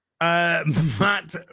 Matt